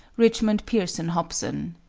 richmond pearson hobson,